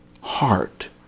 heart